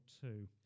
two